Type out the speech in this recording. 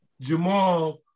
Jamal